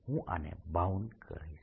હું આને બાઉન્ડ કહીશ